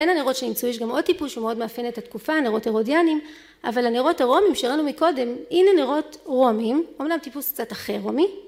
אין הנרות שנמצאו, יש גם עוד טיפוס שמאוד מאפיין את התקופה, הנרות הרודיאנים, אבל הנרות הרומיים שראינו מקודם, הנה נרות רומיים, אמנם טיפוס קצת אחר רומי.